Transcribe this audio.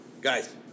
Guys